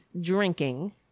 drinking